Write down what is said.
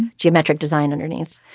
geometric design underneath.